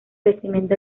vestimenta